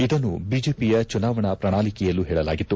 ಇದನ್ನು ಬಿಜೆಪಿಯ ಚುನಾವಣಾ ಪ್ರಣಾಳಿಕೆಯಲ್ಲೂ ಹೇಳಲಾಗಿತ್ತು